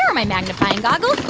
um my magnifying goggles.